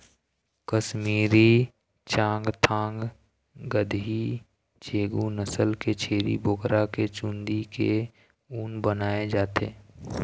कस्मीरी, चाँगथाँग, गद्दी, चेगू नसल के छेरी बोकरा के चूंदी के ऊन बनाए जाथे